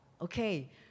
Okay